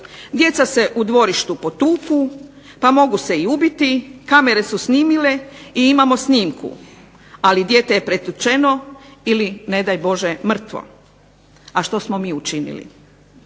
djeca se u dvorištu potuku pa mogu se i ubiti, kamere su snimile i imamo snimku. Ali, dijete je pretučeno ili ne daj Bože mrtvo. A što smo mi učinili?